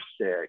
sick